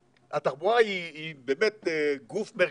התחבורה היא באמת גוף מרכזי,